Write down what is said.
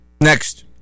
next